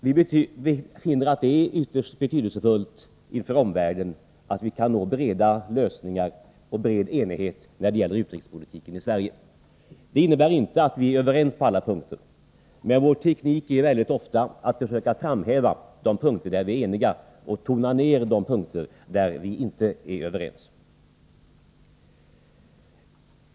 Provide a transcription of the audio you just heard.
Vi finner att det är ytterst betydelsefullt inför omvärlden att vi kan nå breda lösningar och bred enighet när det gäller utrikespolitiken i Sverige. Det innebär inte att vi är överens i alla frågor, men vår teknik är mycket ofta att försöka framhäva de punkter där vi är eniga och tona ner de punkter där vi inte är överens.